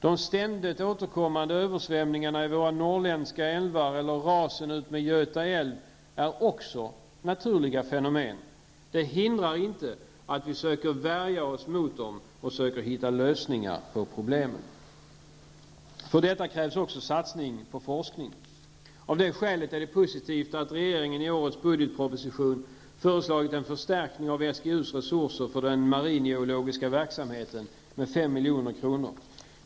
De ständigt återkommande översvämningarna i våra norrländska älvar eller rasen utmed Göta älv är också naturliga fenomen. Det hindrar inte att vi söker värja oss mot dem och söker hitta lösningar på problemen. För detta krävs också satsning på forskning. Av det skälet är det positivt att regeringen i årets budgetproposition föreslagit en förstärkning av SGU:s resurser för den maringeologiska verksamheten med 5 milj.kr.